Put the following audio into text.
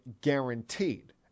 guaranteed